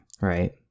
right